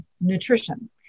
nutrition